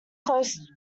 close